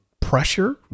pressure